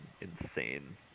insane